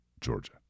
Georgia